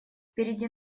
впереди